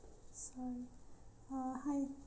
um sorry uh hi